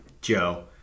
Joe